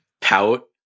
pout